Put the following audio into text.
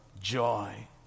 joy